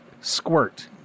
squirt